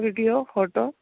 video photo